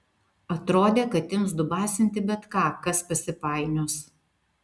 atrodė kad ims dubasinti bet ką kas pasipainios